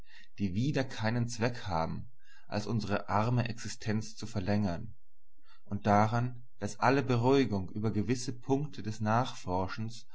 die wieder keinen zweck haben als unsere arme existenz zu verlängern und dann daß alle beruhigung über gewisse punkte des nachforschens